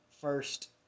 first